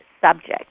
subject